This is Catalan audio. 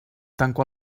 tanco